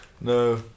no